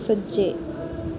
सज्जै